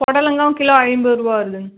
பொடலங்காயும் kilo ஐம்பது ரூபா வருதுங்க